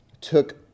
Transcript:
took